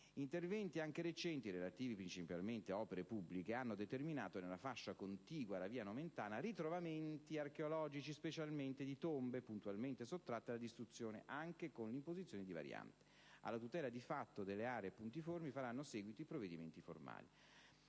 Interventi anche recenti, relativi principalmente a opere pubbliche, hanno determinato nella fascia contigua alla via Nomentana ritrovamenti archeologici specialmente di tombe, puntualmente sottratte alla distruzione, anche con l'imposizione di varianti; alla tutela di fatto delle aree puntiformi faranno seguito i provvedimenti formali.